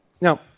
Now